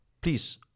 please